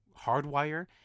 hardwire